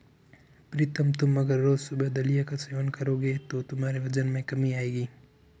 प्रीतम तुम अगर रोज सुबह दलिया का सेवन करोगे तो तुम्हारे वजन में कमी आएगी